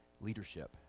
leadership